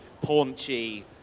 paunchy